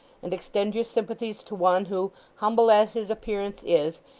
and extend your sympathies to one, who, humble as his appearance is,